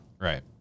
Right